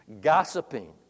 Gossiping